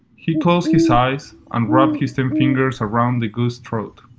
he closed his eyes and wrapped his ten fingers around the goose's throat.